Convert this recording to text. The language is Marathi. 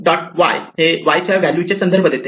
Y हे Y च्या व्हॅल्यू चे संदर्भ देते